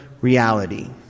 reality